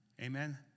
amen